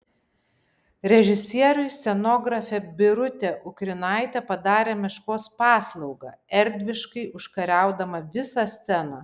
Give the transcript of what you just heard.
režisieriui scenografė birutė ukrinaitė padarė meškos paslaugą erdviškai užkariaudama visą sceną